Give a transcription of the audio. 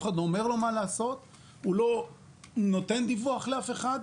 אף אחד לא אומר לו מה לעשות והוא לא נותן דיווח לאף אחד.